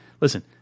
Listen